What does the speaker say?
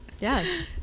Yes